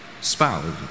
spouse